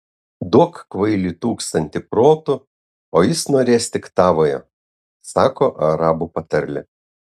duok kvailiui tūkstantį protų o jis norės tik tavojo sako arabų patarlė